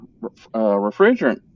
refrigerant